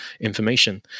information